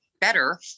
better